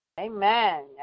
Amen